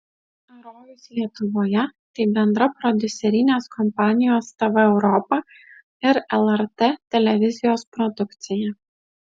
rojus lietuvoje tai bendra prodiuserinės kompanijos tv europa ir lrt televizijos produkcija